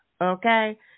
okay